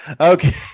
okay